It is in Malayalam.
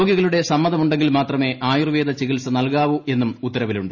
രോഗികളുടെ സമ്മതമുണ്ടെങ്കിൽ മാത്രമേ ആയുർവേദ ചികിത്സ നല്കാവൂ എന്നും ഉത്തരവിലുണ്ട്